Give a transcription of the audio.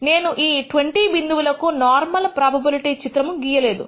నేను ఈ 20 బిందువుల కు నార్మల్ ప్రోబబిలిటీ చిత్రము గీయలేదు